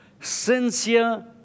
sincere